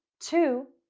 too,